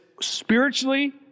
spiritually